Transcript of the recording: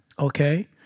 Okay